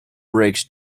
breaks